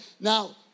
Now